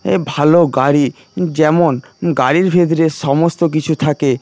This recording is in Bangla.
এ ভালো গাড়ি যেমন গাড়ির ভেতরে সমস্ত কিছু থাকে